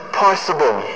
possible